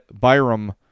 Byram